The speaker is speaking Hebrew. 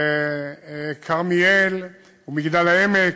וכרמיאל, ומגדל-העמק,